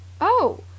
Oh